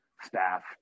staff